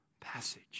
passage